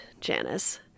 Janice